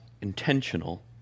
intentional